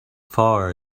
far